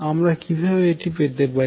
আমরা কিভাবে এটি পেতে পারি